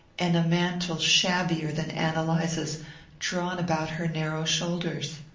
and a mantle shabbier than ann eliza's drawn about her narrow shoulders.